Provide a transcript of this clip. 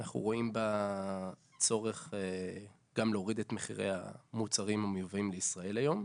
אנחנו רואים בה צורך גם להוריד את מחירי המוצרים המיובאים לישראל היום.